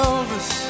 Elvis